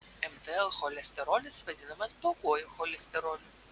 mtl cholesterolis vadinamas bloguoju cholesteroliu